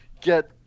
get